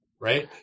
right